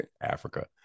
Africa